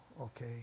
okay